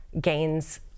gains